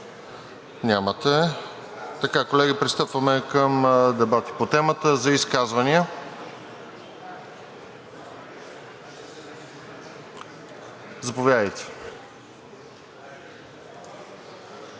Няма. Колеги, пристъпваме към дебати по темата за изказвания. Заповядайте.